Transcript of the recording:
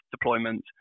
deployment